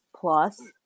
plus